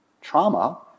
trauma